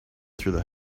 through